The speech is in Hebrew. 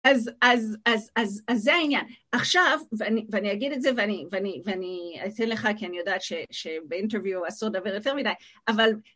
אז, אז, אז, אז, אז זה העניין. עכשיו, ואני, ואני אגיד את זה ואני, ואני, ואני אציע לך כי אני יודעת ש... שב-interview אסור לדבר יותר מדי, אבל...